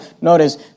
notice